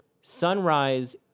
Sunrise